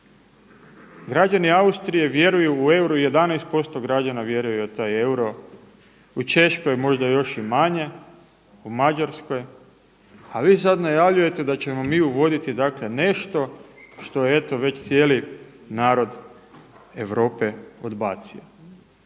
Građani Austrije vjeruju u euro, 11% građana vjeruje u taj euro, u Češkoj možda još i manje, u Mađarskoj a vi sad najavljujete da ćemo mi uvoditi dakle nešto što je eto već cijeli narod Europe odbacio.